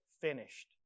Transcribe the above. finished